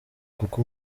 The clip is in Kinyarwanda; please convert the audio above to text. kuko